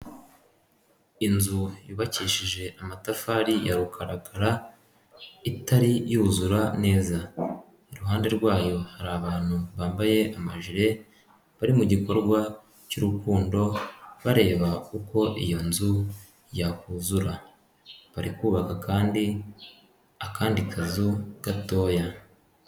Inzu yubakishije amatafari ya rukaragaragara, itari yuzura neza, iruhande rwayo hari abantu bambaye amajire, bari mu gikorwa cy'urukundo, bareba uko iyo nzu yahuzura, bari kubaka kandi, akandi kazu gatoya.